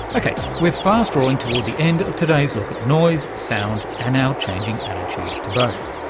okay, we're fast drawing toward the end of today's look at noise, sound and our changing attitudes to both,